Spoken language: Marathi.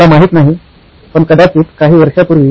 मला माहित नाही पण कदाचित काही वर्षांपूर्वी